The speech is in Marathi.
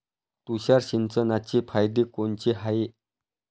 तुषार सिंचनाचे फायदे कोनचे हाये?